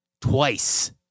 twice